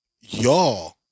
y'all